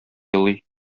елый